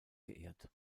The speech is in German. geehrt